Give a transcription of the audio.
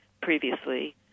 previously